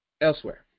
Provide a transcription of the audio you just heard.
elsewhere